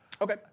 Okay